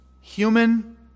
human